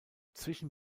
zwischen